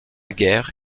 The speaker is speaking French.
guerre